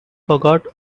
forgot